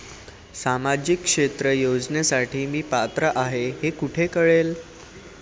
सामाजिक क्षेत्र योजनेसाठी मी पात्र आहे का हे कुठे कळेल?